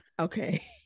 Okay